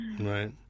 Right